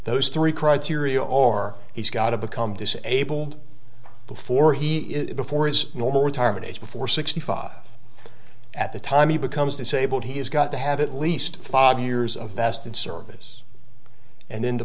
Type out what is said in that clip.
those three criteria or he's got to become disabled before he is before his normal retirement age before sixty five at the time he becomes disabled he has got to have at least five years of vested service and then t